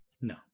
No